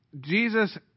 Jesus